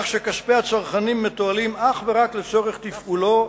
כך שכספי הצרכנים מתועלים אך ורק לצורך תפעולו,